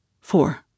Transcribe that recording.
Four